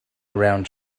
around